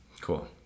Cool